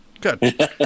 Good